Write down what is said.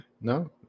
no